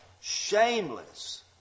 shameless